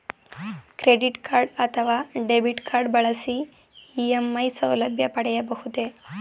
Credit card ಅಥವಾ debit card ಬಳಸಿ EMI ಸೌಲಭ್ಯ ಪಡೆಯಬಹುದೇ?